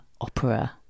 opera